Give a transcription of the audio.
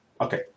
Okay